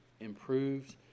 improved